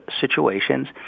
situations